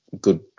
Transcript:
good